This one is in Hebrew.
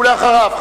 אחריו,